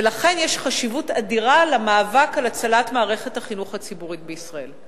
ולכן יש חשיבות אדירה למאבק על הצלת מערכת החינוך הציבורית בישראל.